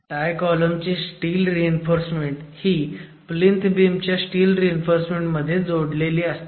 tie column ची steel reinforcement ही plinth beam च्या स्टील रीइन्फोर्समेंट मध्ये जोडलेल असते